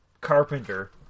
Carpenter